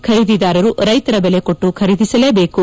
ಖರೀದಿದಾರರು ರೈತರ ಬೆಲೆ ಕೊಟ್ಟು ಖರೀದಿಸಲೇಬೇಕು